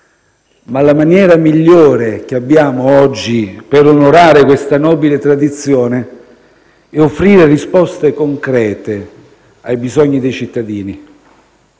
Ma la maniera migliore che abbiamo oggi per onorare questa nobile tradizione è offrire risposte concrete ai bisogni dei cittadini.